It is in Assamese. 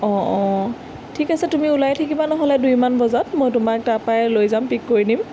অঁ অঁ ঠিক আছে তুমি ওলাই থাকিবা নহ'লে দুইমান বজাত মই তোমাক তাৰপৰাই লৈ যাম পিক কৰি নিম